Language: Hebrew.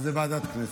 אז לוועדת הכנסת.